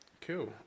Cool